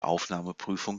aufnahmeprüfung